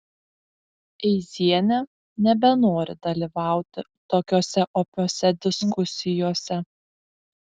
eizienė nebenori dalyvauti tokiose opiose diskusijose